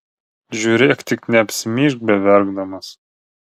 žiūrėk tik neapsimyžk beverkdamas